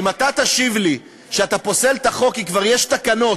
אם אתה תשיב לי שאתה פוסל את החוק כי כבר יש תקנות